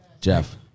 Jeff